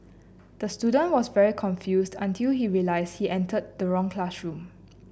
the student was very confused until he realised he entered the wrong classroom